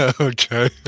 Okay